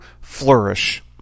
flourish